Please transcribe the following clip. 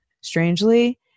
strangely